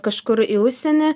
kažkur į užsienį